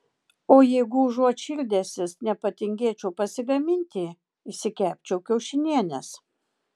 o jeigu užuot šildęsis nepatingėčiau pasigaminti išsikepčiau kiaušinienės